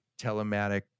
telematic